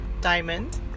Diamond